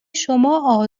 شما